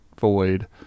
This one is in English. void